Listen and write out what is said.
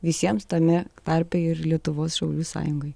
visiems tame tarpe ir lietuvos šaulių sąjungai